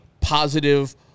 positive